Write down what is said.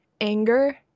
anger